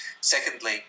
secondly